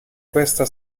questa